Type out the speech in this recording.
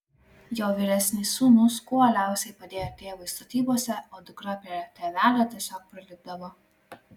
jo vyresnis sūnus kuo uoliausiai padėjo tėvui statybose o dukra prie tėvelio tiesiog prilipdavo